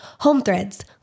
HomeThreads